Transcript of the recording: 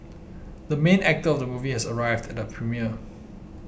the main actor of the movie has arrived at the premiere